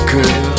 Girl